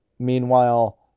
Meanwhile